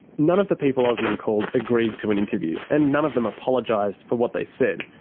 none of the people osman called agreed to an interview, and none of them apologised for what they said.